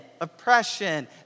oppression